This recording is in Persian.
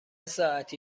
ساعتی